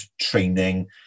training